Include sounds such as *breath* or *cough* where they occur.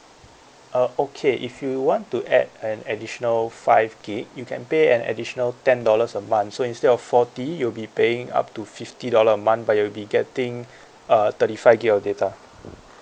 uh okay if you want to add an additional five gig you can pay an additional ten dollars a month so instead of forty you'll be paying up to fifty dollar a month but you'll be getting *breath* uh thirty five gig of data